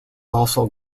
also